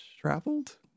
traveled